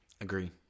Agree